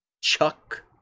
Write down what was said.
Chuck